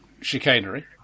chicanery